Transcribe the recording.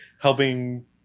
helping